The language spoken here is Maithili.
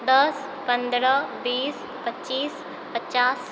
दस पन्द्रह बीस पच्चीस पचास